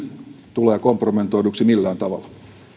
tulee kompromettoiduksi millään tavalla